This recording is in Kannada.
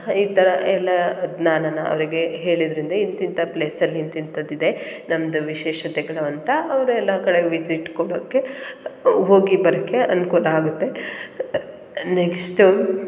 ಈ ಥರ ಎಲ್ಲ ಜ್ಞಾನನ ಅವರಿಗೆ ಹೇಳಿದ್ದರಿಂದ ಇಂಥಿಂಥ ಪ್ಲೇಸಲ್ಲಿ ಇಂಥಿಂಥದ್ದು ಇದೆ ನಮ್ಮದು ವಿಶೇಷತೆಗಳು ಅಂತ ಅವ್ರು ಎಲ್ಲ ಕಡೆ ವಿಸಿಟ್ ಕೊಡೋಕ್ಕೆ ಹೋಗಿ ಬರಕ್ಕೆ ಅನುಕೂಲ ಆಗುತ್ತೆ ನೆಕ್ಸ್ಟು